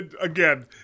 again